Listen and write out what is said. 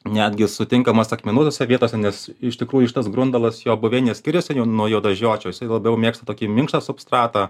netgi sutinkamas akmenuotose vietose nes iš tikrųjų šitas grundalas jo buveinės skiriasi nuo juodažiočio jisai labiau mėgsta tokį minkštą substratą